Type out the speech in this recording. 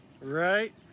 right